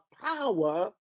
power